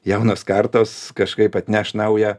jaunos kartos kažkaip atneš naują